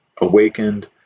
awakened